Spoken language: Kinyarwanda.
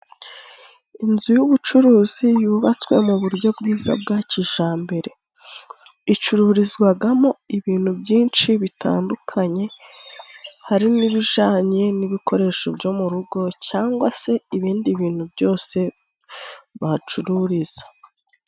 Inzu y'ubucuruzi yubatswe mu buryo bwiza bwa kijambere. Icururizwagamo ibintu byinshi bitandukanye, harimo ibijanye n'ibikoresho byo mu rugo cyangwa se ibindi bintu byose bahacururiza.